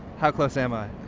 how close am i?